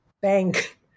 Bank